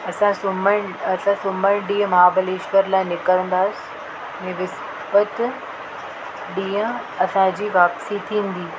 असां सूमरु असां सूमरु ॾींहुं महाबलेश्वर लाइ निकरंदासि ऐं विसपति ॾींहुं असांजी वापसी थींदी